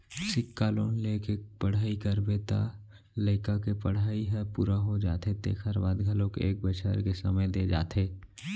सिक्छा लोन लेके पढ़ई करबे त लइका के पड़हई ह पूरा हो जाथे तेखर बाद घलोक एक बछर के समे दे जाथे